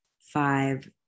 five